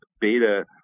beta